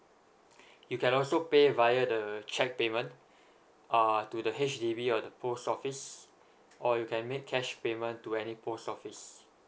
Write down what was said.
you can also pay via the cheque payment uh to the H_D_B or the post office or you can make cash payment to any post office